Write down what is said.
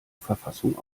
verfassung